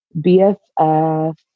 BFF